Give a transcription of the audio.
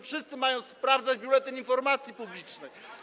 Wszyscy mają sprawdzać Biuletyn Informacji Publicznej.